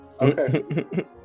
okay